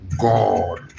God